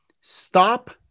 stop